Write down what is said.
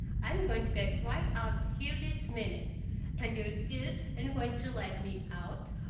i'm going to get right out here this minute and you're good and going to let me out,